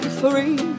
free